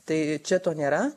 tai čia to nėra